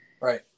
Right